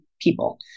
people